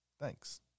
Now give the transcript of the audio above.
Thanks